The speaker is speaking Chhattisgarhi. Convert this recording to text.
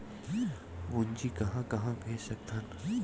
पूंजी कहां कहा भेज सकथन?